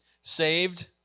Saved